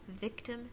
victim